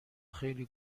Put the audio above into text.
خیلی